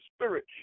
spirit